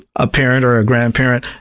a parent or a grandparent,